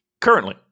currently